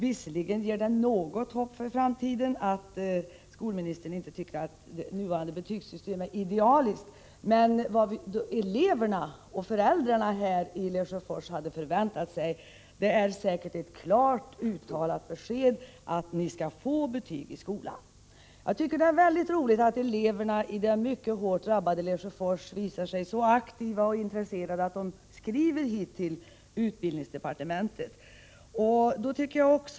Visserligen ger det något hopp för framtiden att skolministern inte tycker att det nuvarande betygssystemet är idealiskt, men vad eleverna och föräldrarna i Lesjöfors hade förväntat var säkert ett klart uttalat besked att de skall få betygi skolan. Jag tycker att det är väldigt roligt att eleverna i det mycket hårt drabbade Lesjöfors visar sig så aktiva och intresserade att de skriver till utbildningsdepartementet.